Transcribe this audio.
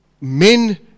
men